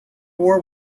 war